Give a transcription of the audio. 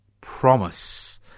promise